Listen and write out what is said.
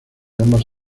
ambas